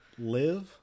Live